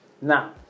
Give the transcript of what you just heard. Now